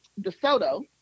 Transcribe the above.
DeSoto